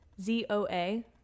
Z-O-A